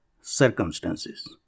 circumstances